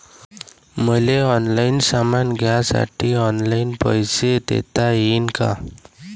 मले ऑनलाईन सामान घ्यासाठी ऑनलाईन पैसे देता येईन का?